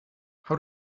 how